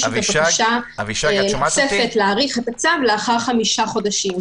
בקשה נוספת להאריך את הצו לאחר חמישה חודשים.